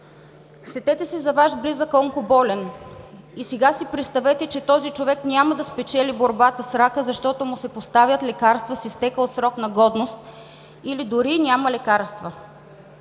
Сетете се за Ваш близък онкоболен и сега си представете, че този човек няма да спечели борбата с рака, защото му се поставят лекарства с изтекъл срок на годност, или дори няма лекарства.